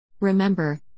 Remember